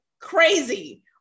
crazy